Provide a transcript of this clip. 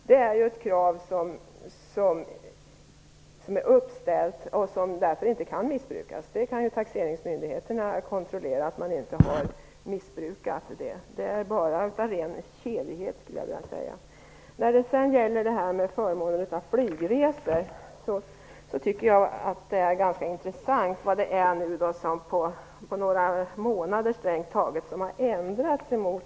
Det är ett krav som är uppställt och som därför inte kan missbrukas. Taxeringsmyndigheterna kan kontrollera att reglerna inte missbrukas. Det är bara av ren "kelighet" som man påstår det. När det gäller förmånen av flygresor tycker jag att det vore ganska intressant att veta vad det är som på några månader har ändrats.